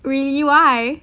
really why